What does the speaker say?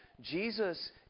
Jesus